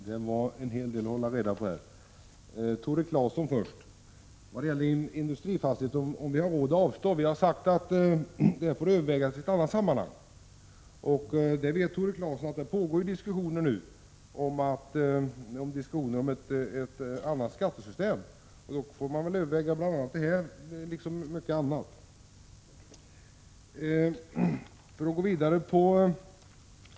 Fru talman! Tore Claeson frågade om vi har råd att avstå från beskattning av industrifastigheter. Den frågan får övervägas i ett annat sammanhang. Tore Claeson vet att det pågår diskussioner om ett annat skattesystem. I dessa diskussioner får man överväga detta som så mycket annat.